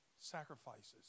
sacrifices